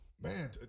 Man